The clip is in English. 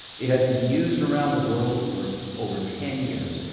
it has been used around the world for over ten years.